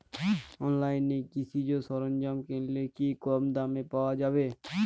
অনলাইনে কৃষিজ সরজ্ঞাম কিনলে কি কমদামে পাওয়া যাবে?